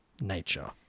nature